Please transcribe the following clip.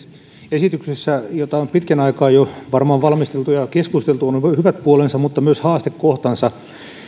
esityksessä jota on jo varmaan pitkän aikaa valmisteltu ja keskusteltu on hyvät puolensa mutta myös haastekohtansa